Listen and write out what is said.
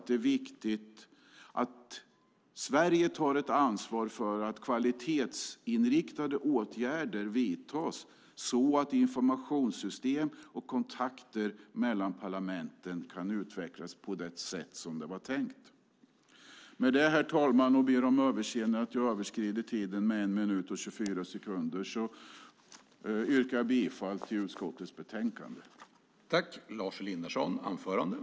Det är viktigt att Sverige tar ett ansvar för att kvalitetsinriktade åtgärder vidtas så att informationssystem och kontakter mellan parlamenten kan utvecklas på det sätt som det var tänkt. Herr talman! Med detta ber jag om överseende med att jag har överskridit talartiden med 1 minut och 24 sekunder och yrkar bifall till utskottets förslag i betänkandet.